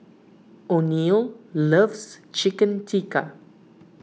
oneal loves Chicken Tikka